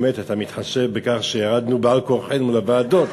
באמת, אתה מתחשב שירדנו על-כורחנו לוועדות.